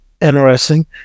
interesting